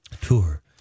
tour